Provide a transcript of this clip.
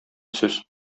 сүз